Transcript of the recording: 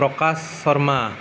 প্ৰকাশ শৰ্মা